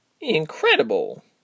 Incredible